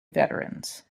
veterans